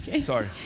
Sorry